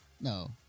No